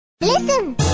Listen